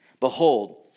Behold